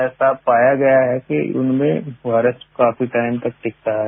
ऐसा पाया गया है कि इनमें वायरस काफी टाइम तक टिकता है